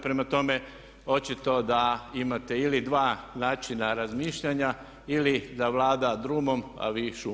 Prema tome, očito da imate ili dva načina razmišljanja ili da Vlada drugom a vi šumom.